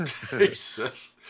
Jesus